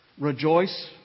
Rejoice